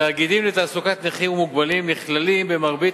תאגידים לתעסוקת נכים ומוגבלים נכללים במרבית